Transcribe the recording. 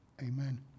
Amen